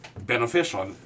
beneficial